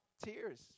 Tears